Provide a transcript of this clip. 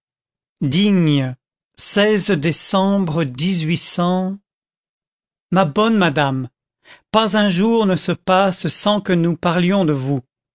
digne décembre ma bonne madame pas un jour ne se passe sans que nous parlions de vous